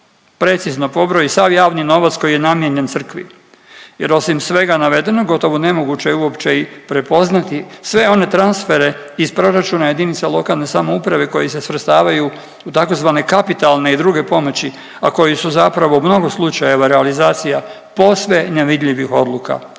precizno pobroji sav javni novac koji je namijenjen Crkvi jer osim svega navedenog, gotovo nemoguće je uopće i prepoznati sve one transfere iz proračuna jedinica lokalne samouprave koji se svrstavaju u tzv. kapitalne i druge pomoći, a koji su zapravo u mnogo slučajeva realizacija posve nevidljivih odluka